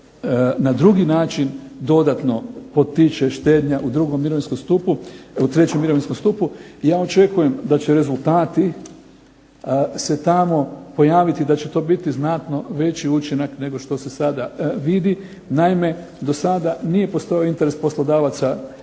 na drugi način dodatno potiče štednja u drugom mirovinskom stupu, u trećem mirovinskom stupu. Ja očekujem da će rezultati se tamo pojaviti, da će to biti znatno veći učinak nego što se sada vidi. Naime, do sada nije postojao interes poslodavaca da